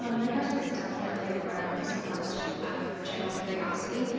um my question is definitely more of a soft ball question out of general curiosity.